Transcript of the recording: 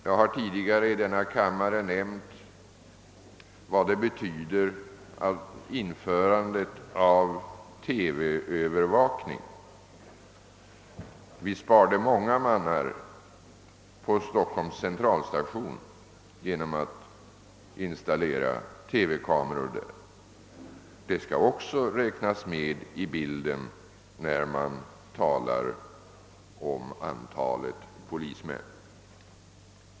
Jag har tidigare i denna kammare talat om vad införandet av TV-övervakning betyder. Vi har t.ex. sparat in många polismän genom att installera TV-kameror på Stockholms centralstation. Det skall också räknas in i bilden när vi talar om antalet polismän.